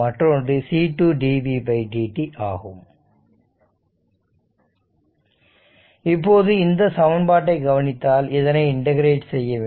மற்றொன்று C2 dv dt ஆகும் இப்போது இந்த சமன்பாட்டை கவனித்தால் இதனை இண்டகிரேட் செய்ய வேண்டும்